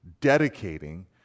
dedicating